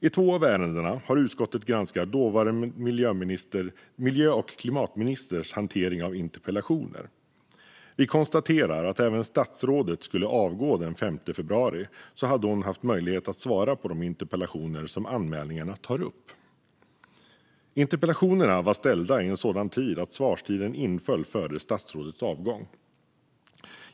I två av ärendena har utskottet granskat dåvarande miljö och klimatministerns hantering av interpellationer. Vi konstaterar att statsrådet, även om hon skulle avgå den 5 februari, hade haft möjlighet att svara på de interpellationer som anmälningarna tar upp. Interpellationerna var ställda vid en sådan tidpunkt att svarstiden inföll före statsrådets avgång.